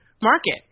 market